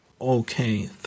Okay